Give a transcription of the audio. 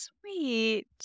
sweet